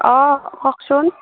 অঁ কওকচোন